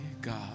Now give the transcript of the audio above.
God